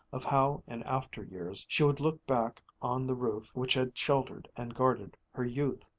of how in after years she would look back on the roof which had sheltered and guarded her youth.